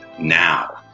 now